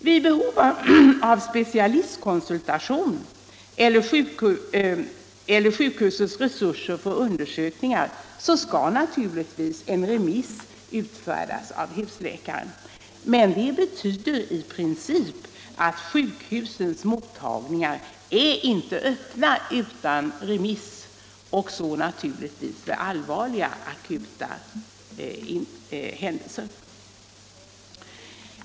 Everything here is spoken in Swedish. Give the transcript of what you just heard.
Vid behov av specialistkonsultation eller av sjukhusets resurser för undersökningar skall naturligtvis remiss utfärdas av husläkaren. Det betyder i princip att sjukhusens mottagningar inte skall vara öppna annat än för remissfall och naturligtvis för allvarliga akuta händelser.